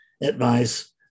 advice